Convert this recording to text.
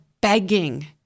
begging